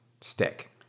stick